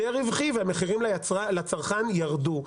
יותר רווחי והמחירים לצרכן ירדו.